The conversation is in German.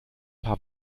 paar